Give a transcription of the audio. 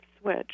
switch